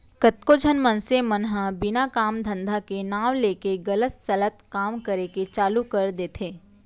कतको झन मनसे मन ह बिना काम धंधा के नांव लेके गलत सलत काम करे के चालू कर देथे